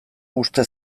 uste